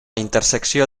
intersecció